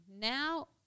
now